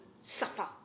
suffer